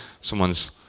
Someone's